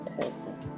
person